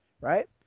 Right